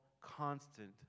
Constant